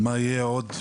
על מה יהיה עוד,